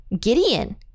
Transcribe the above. Gideon